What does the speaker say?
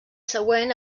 següent